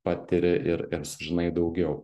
patiri ir ir žinai daugiau